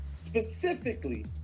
specifically